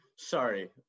sorry